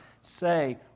say